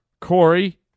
Corey